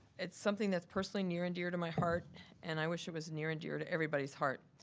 it's something that's personally near and dear to my heart and i wish it was near and dear to everybody's heart.